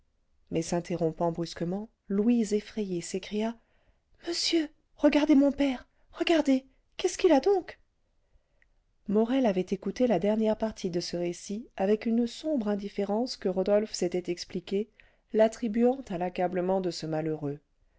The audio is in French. mais s'interrompant brusquement louise effrayée s'écria monsieur regardez mon père regardez qu'est-ce qu'il a donc morel avait écouté la dernière partie de ce récit avec une sombre indifférence que rodolphe s'était expliquée l'attribuant à l'accablement de ce malheureux